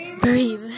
Breathe